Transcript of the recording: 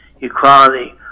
equality